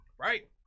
Right